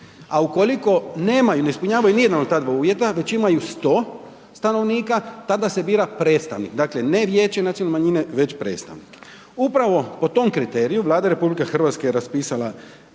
a ukoliko nemaju, ne ispunjavaju nijedan od ta dva uvjeta, već imaju 100 stanovnika, tada se bira predstavnik, dakle, ne vijeće nacionalne manjine, već predstavnike. Upravo po tom kriteriju Vlada RH je raspisala